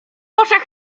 oczach